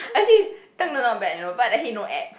actually not bad you know but that he no abs